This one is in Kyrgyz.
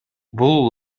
бул